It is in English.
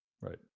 right